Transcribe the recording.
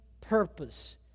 purpose